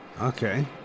Okay